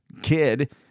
kid